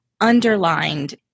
underlined